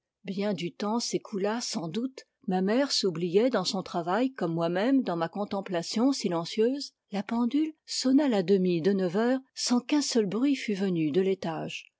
bien du temps s'écoula sans doute ma mère s'oubliait dans son travail comme moi même dans ma contemplation silencieuse la pendule sonna la demie de neuf heures sans qu'un seul bruit fût venu de l'étage